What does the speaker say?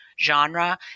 genre